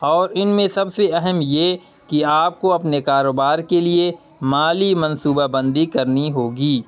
اور ان میں سب سے اہم یہ کہ آپ کو اپنے کاروبار کے لیے مالی منصوبہ بندی کرنی ہوگی